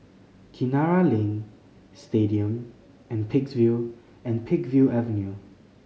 Kinara Lane Stadium and and Peakville Avenue